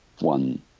one